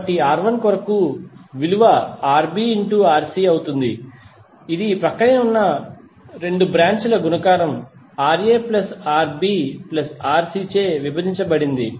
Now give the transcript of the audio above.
కాబట్టి R1 కొరకు విలువ RbRc అవుతుంది ఇది ప్రక్కనే ఉన్న 2 బ్రాంచ్ ల గుణకారంRaRbRc చే విభజించబడింది